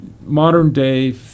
modern-day